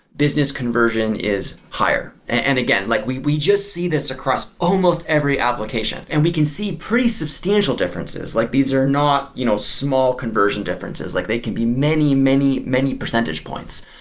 conversion is higher. and again, like we we just see this across almost every application, and we can see pretty substantial differences. like these are not you know small conversion differences. like they can be many, many, many percentage points.